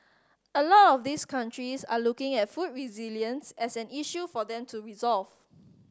a lot of these countries are looking at food resilience as an issue for them to resolve